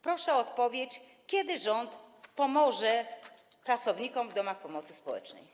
Proszę o odpowiedź, kiedy rząd pomoże pracownikom zatrudnionym w domach pomocy społecznej.